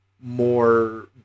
more